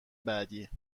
بعدی